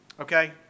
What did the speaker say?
Okay